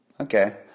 Okay